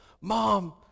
Mom